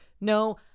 No